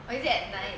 or is it at night